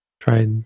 Try